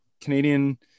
Canadian